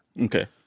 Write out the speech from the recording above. Okay